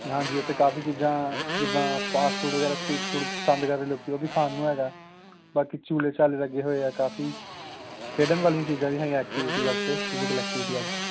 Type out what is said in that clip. ਹਾਂਜੀ ਉੱਥੇ ਕਾਫ਼ੀ ਚੀਜ਼ਾਂ ਜਿੱਦਾਂ ਫਾਸਟ ਫੂਡ ਵਗੈਰਾ ਸਟਰੀਟ ਫੂਡ ਪਸੰਦ ਕਰਦੇ ਲੋਕੀ ਉਹ ਵੀ ਖਾਣ ਨੂੰ ਹੈਗਾ ਬਾਕੀ ਝੂਲੇ ਝਾਲੇ ਲੱਗੇ ਹੋਏ ਆ ਕਾਫ਼ੀ ਖੇਡਣ ਵਾਲੀਆਂ ਚੀਜ਼ਾਂ ਵੀ ਹੈਗੀਆਂ ਐਕਟੀਵਿਟੀ ਵਾਸਤੇ ਫਿਜ਼ੀਕਲ ਐਕਟੀਵਿਟੀ ਵਾਸਤੇ